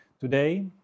Today